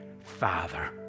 father